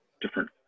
different